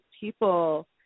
people